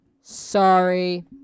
Sorry